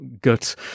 gut